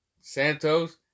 Santos